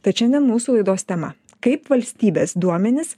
tad šiandien mūsų laidos tema kaip valstybės duomenis